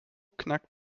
knackt